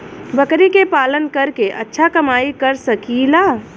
बकरी के पालन करके अच्छा कमाई कर सकीं ला?